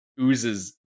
Ooze's